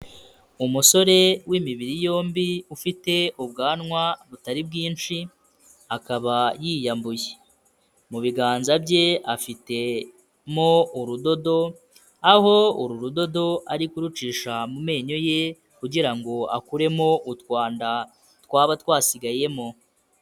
Umusore w'imibiri yombi ufite ubwanwa butari bwinshi akaba yiyambuye, mu biganza bye afite mo urudodo aho uru rudodo ari kurucisha mu menyo ye kugira ngo akuremo utwanda twaba twasigayemo.